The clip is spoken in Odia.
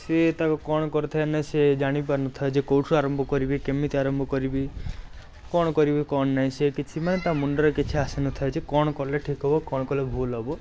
ସିଏ ତାକୁ କ'ଣ କରିଥାଏ ନା ସେ ଜାଣିପାରୁ ନ ଥାଏ କେଉଁଠୁ ଆରମ୍ଭ କରିବି କେମିତି ଆରମ୍ଭ କରିବି କ'ଣ କରିବି କ'ଣ ନାଇଁ ସେ କିଛି ମାନେ ତା' ମୁଣ୍ଡରେ କିଛି ଆସିନଥାଏ ଯେ କ'ଣ କଲେ ଠିକ ହବ କ'ଣ କଲେ ଭୁଲ ହବ